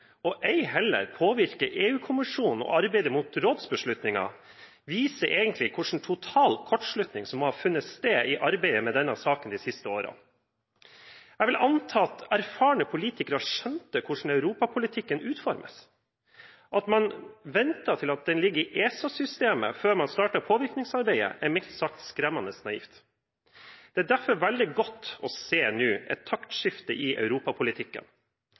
og ei heller påvirke EU-kommisjonen til å arbeide mot rådsbeslutningen, viser hvilken total kortslutning som må ha funnet sted i arbeidet med denne saken de siste årene. Man skulle anta at erfarne politikere skjønte hvordan europapolitikken utformes. At man ventet til den lå i ESA-systemet før man startet påvirkningsarbeidet, er mildt sagt skremmende naivt. Det er derfor veldig godt nå å se et taktskifte i europapolitikken.